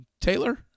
Taylor